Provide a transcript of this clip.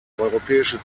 europäische